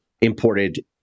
imported